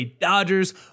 Dodgers